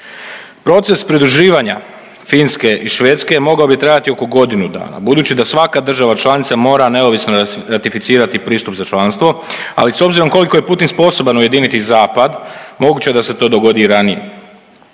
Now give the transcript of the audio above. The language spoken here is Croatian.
Proces pridruživanja Finske i Švedske mogao bi trajati oko godinu dana budući da svaka država članica mora, neovisno ratificirati pristup za članstvo, ali s obzirom koliko je Putin sposoban ujediniti Zapad, moguće da se to dogodi i ranije.